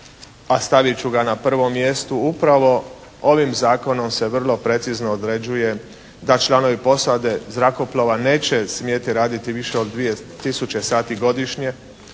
a stavit ću ga na prvo mjesto, upravo ovim zakonom se vrlo precizno određuje da članovi posade zrakoplova neće smjeti raditi više od 2 tisuće sati godišnje.